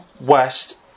West